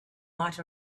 might